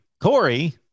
Corey